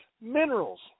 minerals